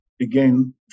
again